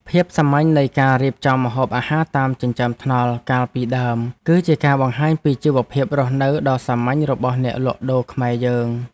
ភាពសាមញ្ញនៃការរៀបចំម្ហូបអាហារតាមចិញ្ចើមថ្នល់កាលពីដើម គឺជាការបង្ហាញពីជីវភាពរស់នៅដ៏សាមញ្ញរបស់អ្នកលក់ដូរខ្មែរយើង។